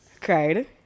Cried